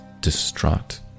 distraught